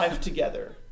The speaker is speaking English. together